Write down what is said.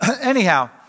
Anyhow